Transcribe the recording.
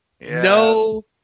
No